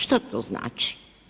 Što to znači?